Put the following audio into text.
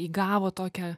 įgavo tokią